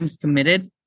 committed